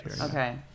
Okay